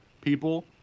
people